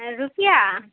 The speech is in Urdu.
روپیہ